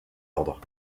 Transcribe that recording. ordres